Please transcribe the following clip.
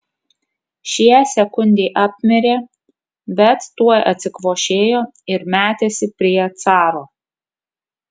šie sekundei apmirė bet tuoj atsikvošėjo ir metėsi prie caro